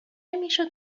میشد